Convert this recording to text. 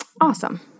Awesome